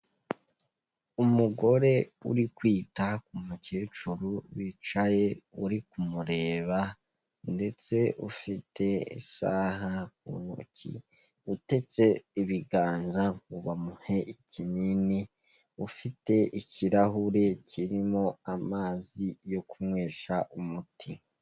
Umugore urikwita ku mukecuru wicaye urikumureba ndetse ufite isaha ku ntoki, uteze ibiganza ngo bamuhe ikinini, ufite ikirahure kirimo amazi yo kunywesha umuti.